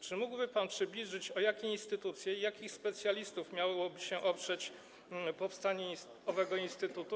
Czy mógłby pan przybliżyć, o jakie instytucje i jakich specjalistów miałoby się oprzeć powstanie owego instytutu?